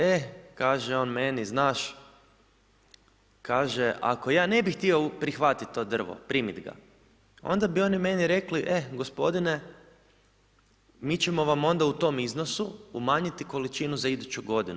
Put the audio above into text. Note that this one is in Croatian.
E, kaže on meni znaš, kaže ako ja ne bi htio prihvatiti to drvo, primit ga, onda bi oni meni rekli, e gospodine, mi ćemo vam onda u tom iznosu umanjiti količinu za iduću godinu.